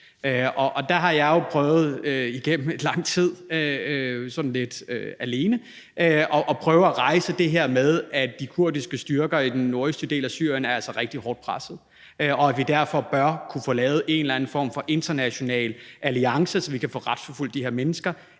Der har jeg jo prøvet igennem lang tid, sådan lidt alene, at rejse det her med, at de kurdiske styrker i den nordøstlige del af Syrien altså er rigtig hårdt presset, og at vi derfor bør kunne få lavet en eller anden form for international alliance, så vi kan få retsforfulgt de her mennesker